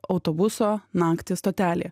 autobuso naktį stotelėje